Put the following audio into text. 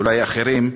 ואולי לאחרים.